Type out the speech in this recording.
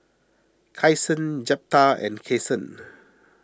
Kyson Jeptha and Kason